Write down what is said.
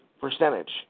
percentage